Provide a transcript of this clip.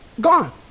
Gone